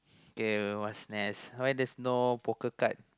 okay what's next why there's no poker card